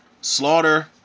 slaughter